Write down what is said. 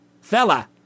Fella